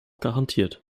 garantiert